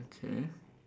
okay